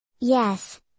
Yes